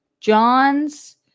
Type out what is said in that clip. John's